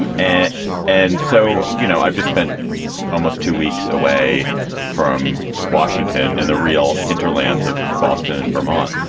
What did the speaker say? and and so, you know, i've just spent almost two weeks away from washington in the real hinterlands of boston and vermont.